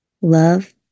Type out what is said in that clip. love